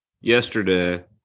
yesterday